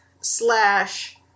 slash